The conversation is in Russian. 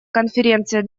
конференция